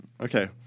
okay